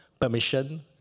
permission